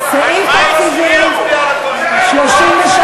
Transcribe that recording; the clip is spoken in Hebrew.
על סעיף תקציבי 33,